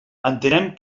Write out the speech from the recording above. entenem